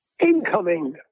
incoming